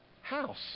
house